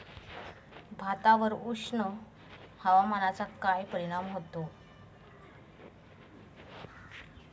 भातावर उष्ण हवामानाचा काय परिणाम होतो?